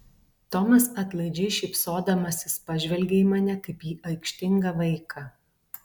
tomas atlaidžiai šypsodamasis pažvelgė į mane kaip į aikštingą vaiką